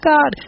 God